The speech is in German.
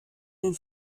den